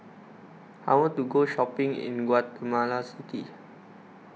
I want to Go Shopping in Guatemala City